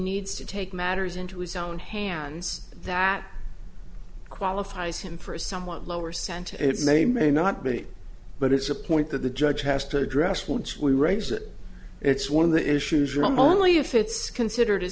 needs to take matters into his own hands that qualifies him for a somewhat lower center it may may not be but it's a point that the judge has to address once we raise it it's one of the issues wrong only if it's considered a